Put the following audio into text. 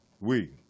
Oui